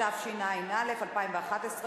התשע"א 2011,